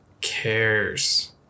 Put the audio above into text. cares